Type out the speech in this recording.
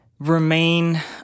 Remain